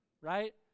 right